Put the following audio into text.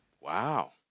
Wow